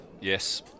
Yes